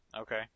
Okay